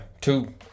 two